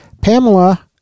Pamela